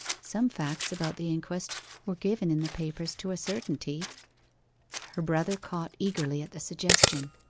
some facts about the inquest were given in the papers to a certainty her brother caught eagerly at the suggestion.